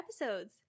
episodes